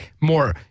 more